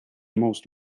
most